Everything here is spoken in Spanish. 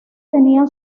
tenía